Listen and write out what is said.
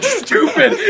stupid